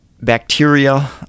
bacteria